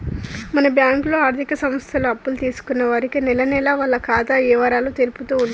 మన బ్యాంకులో ఆర్థిక సంస్థలు అప్పులు తీసుకున్న వారికి నెలనెలా వాళ్ల ఖాతా ఇవరాలు తెలుపుతూ ఉంటుంది